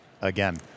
again